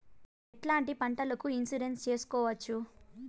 ఎట్లాంటి పంటలకు ఇన్సూరెన్సు చేసుకోవచ్చు?